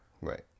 Right